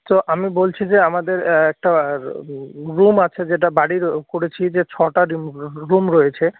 তো আমি বলছি যে আমাদের একটা রুম আছে যেটা বাড়ির করেছি যে ছটা রুম রয়েছে